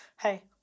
Hey